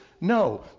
No